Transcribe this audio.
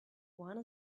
one